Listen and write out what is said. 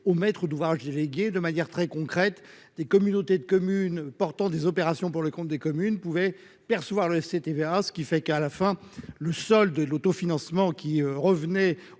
au maître d'ouvrage délégué. De manière très concrète, des communautés de communes portant des opérations pour le compte des communes pouvaient percevoir le FCTVA. À la fin, le solde de l'autofinancement revenant